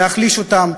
להחליש אותם.